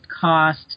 cost